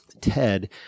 Ted